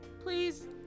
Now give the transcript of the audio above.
please